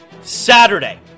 Saturday